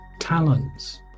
talents